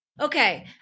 Okay